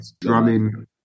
Drumming